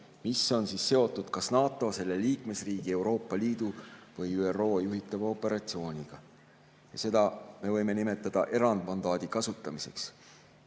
mis on seotud kas NATO, selle liikmesriigi, Euroopa Liidu või ÜRO juhitava operatsiooniga. Seda me võime nimetada erandmandaadi kasutamiseks